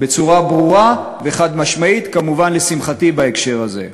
בצורה ברורה וחד-משמעית, כמובן לשמחתי בהקשר הזה.